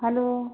hello